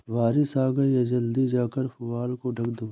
बारिश आ गई जल्दी जाकर पुआल को ढक दो